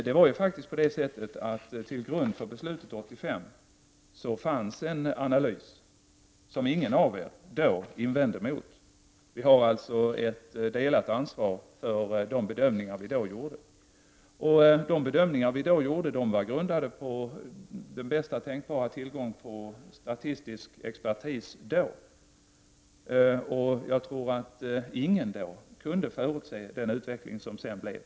Till grund för beslutet 1985 fanns en analys, som ingen av er då invände mot. Vi har alltså ett delat ansvar för de bedömningar vi då gjorde. Och de bedömningarna var grundade på den bästa tänkbara statistiska expertis som då fanns att tillgå, och jag tror att ingen då kunde förutse den utveckling som sedan skedde.